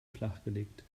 flachgelegt